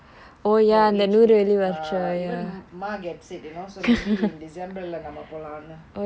for each age ya even amma gets it you know so maybe in december நம்ம போலாம்னு:namma polaamnu